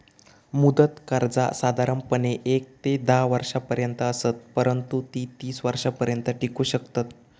मुदत कर्जा साधारणपणे येक ते धा वर्षांपर्यंत असत, परंतु ती तीस वर्षांपर्यंत टिकू शकतत